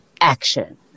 action